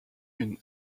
une